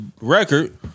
record